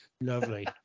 Lovely